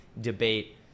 debate